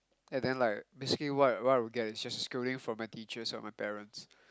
and then like basically what what we will get is just a scolding from my teachers not my parents